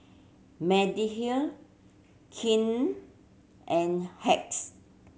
Mediheal King and Hacks